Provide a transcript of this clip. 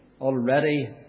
already